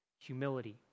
humility